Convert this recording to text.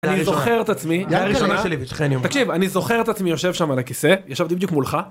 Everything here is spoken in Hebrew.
אני זוכר את עצמי, תקשיב אני זוכר את עצמי יושב שם על הכיסא, יושבתי בדיוק מולך.